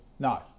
No